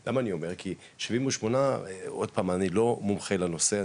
כי 78, עוד פעם, אני לא מומחה ולא מתיימר,